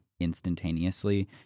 instantaneously